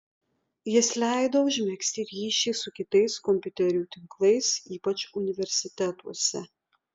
jis leido užmegzti ryšį su kitais kompiuterių tinklais ypač universitetuose